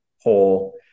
whole